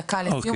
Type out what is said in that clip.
דקה לסיום,